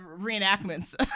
reenactments